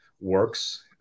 works